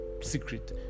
Secret